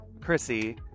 Chrissy